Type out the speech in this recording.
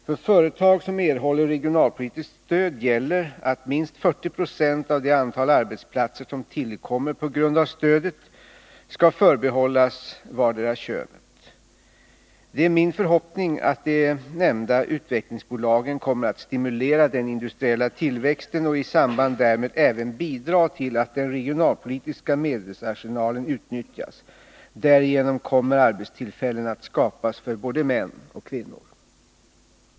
För företag som erhåller regionalpolitiskt stöd gäller att minst 40 90 av det antal arbetsplatser som tillkommer på grund av stödet skall förbehållas vartdera könet. Det är min förhoppning att de nämnda utvecklingsbolagen kommer att stimulera den industriella tillväxten och i samband därmed även bidra till att den regionalpolitiska medelsarsenalen utnyttjas. Därigenom kommer arbetstillfällen att skapas för både män och kvinnor.